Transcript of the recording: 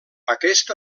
aquest